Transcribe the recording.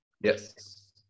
Yes